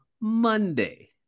Monday